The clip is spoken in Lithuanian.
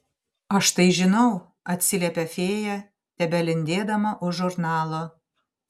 aš tai žinau atsiliepia fėja tebelindėdama už žurnalo